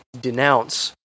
denounce